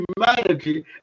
humanity